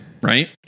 right